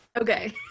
Okay